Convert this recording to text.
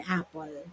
apple